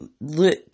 look